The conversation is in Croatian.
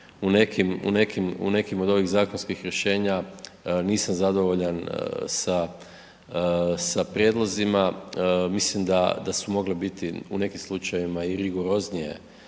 u nekim od ovih zakonskih rješenja nisam zadovoljan sa, sa prijedlozima, mislim da, da su mogle biti u nekim slučajevima i rigoroznije